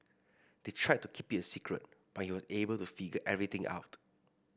they tried to keep it a secret but he was able to figure everything out